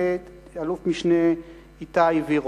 ואלוף-משנה איתי וירוב.